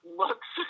looks